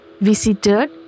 visited